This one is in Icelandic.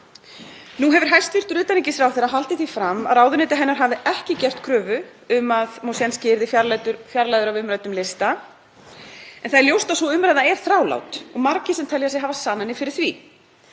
Nú hefur hæstv. utanríkisráðherra haldið því fram að ráðuneyti hennar hafi ekki gert kröfu um að Moshensky yrði fjarlægður af umræddum lista, en það er ljóst að sú umræða er þrálát og margir sem telja sig hafa sannanir fyrir því.